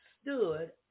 stood